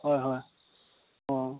হয় হয় অঁ অঁ